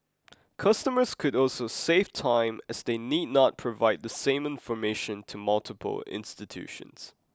customers could also save time as they need not provide the same information to multiple institutions